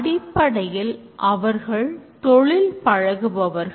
அடிப்படையில் அவர்கள் தொழில் பழகுபவர்கள்